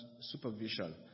supervision